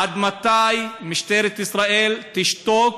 עד מתי משטרת ישראל תשתוק